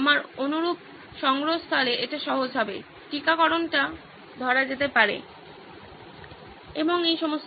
আমার অনুমান সংগ্রহস্থলে এটি সহজ হবে টীকাকরণটা ধরা যেতে পারে এবং এই সমস্ত